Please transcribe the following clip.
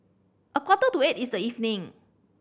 a quarter to eight in the evening